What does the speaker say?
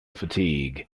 fatigue